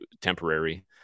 temporary